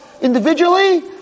Individually